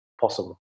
possible